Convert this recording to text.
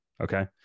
okay